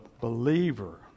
believer